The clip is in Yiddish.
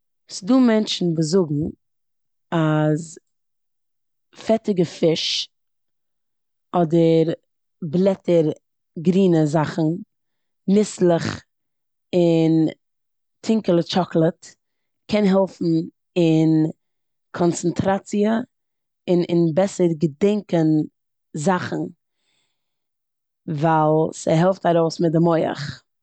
ס'דא מענטשן וואס זאגן אז פעטיגע פיש, אדער בלעטער, גרינע זאכן, ניסלעך אין טונקעלע טשאקאלאד קען העלפן אין קאנסענטראציע און אין בעסער געדענקען זאכן, ווייל ס'העלפט ארויס מיט די מח.